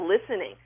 listening